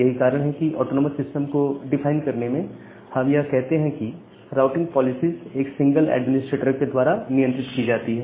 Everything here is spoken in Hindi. यही कारण है कि ऑटोनॉमस सिस्टम को डिफाइन करने में हम यह कहते हैं कि राउंटिंग पॉलिसीज एक सिंगल एडमिनिस्ट्रेटर के द्वारा नियंत्रित की जाती हैं